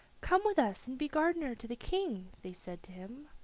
come with us and be gardener to the king, they said to him.